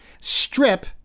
Strip